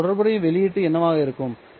இப்போது தொடர்புடைய வெளியீடு என்னவாக இருக்கும்